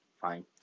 fine